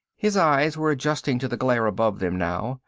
his eyes were adjusting to the glare above them now,